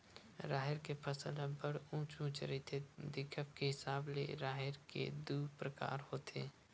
राहेर के फसल ह बड़ उँच उँच रहिथे, दिखब के हिसाब ले राहेर के दू परकार होथे